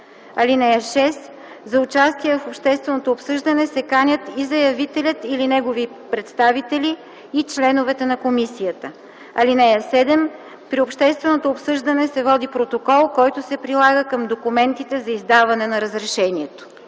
форма. (6) За участие в общественото обсъждане се канят и заявителят или негови представители, и членовете на комисията. (7) При общественото обсъждане се води протокол, който се прилага към документите за издаване на разрешението.”